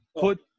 Put